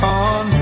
on